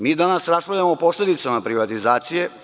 Mi danas raspravljamo o posledicama privatizacije.